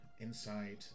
inside